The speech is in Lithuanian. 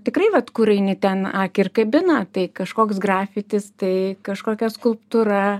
tikrai vat kur eini ten akį ir kabina tai kažkoks grafitis tai kažkokia skulptūra